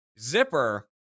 zipper